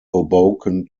hoboken